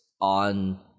on